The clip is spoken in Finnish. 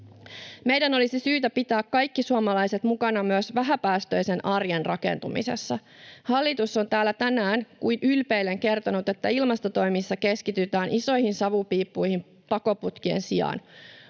Meidän olisi syytä pitää kaikki suomalaiset mukana myös vähäpäästöisen arjen rakentumisessa. Hallitus on täällä tänään kuin ylpeillen kertonut, että ilmastotoimissa keskitytään isoihin savupiippuihin pakoputkien sijaan.